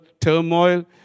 turmoil